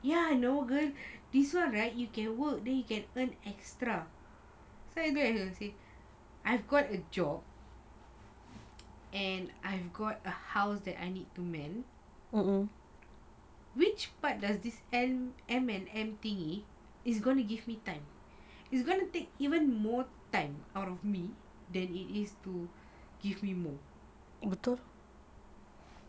yes I know girl this one right you can work then you can earn extra so I looked at her and say I got a job and I got a house that I need to man which part does this and M_L_M thingy it's gonna give me time it's gonna take even more time out of me than it is to give me more